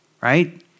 right